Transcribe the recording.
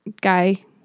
guy